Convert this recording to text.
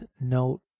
note